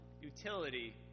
utility